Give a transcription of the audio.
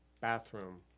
bathroom